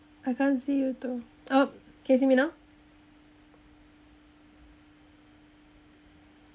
I can't see you too oh can you see me now